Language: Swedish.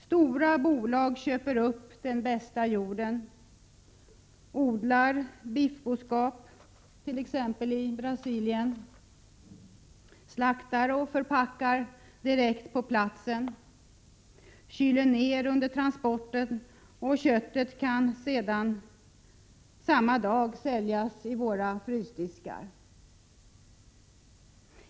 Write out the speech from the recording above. Stora bolag köper upp den bästa jorden, odlar biffboskap t.ex. i Brasilien, slaktar och förpackar direkt på platsen, kyler ned under transporten, och köttet kan sedan samma dag säljas från frysdiskar.